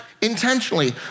intentionally